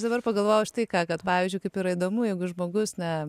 dabar pagalvojau aš tai ką kad pavyzdžiui kaip yra įdomu jeigu žmogus na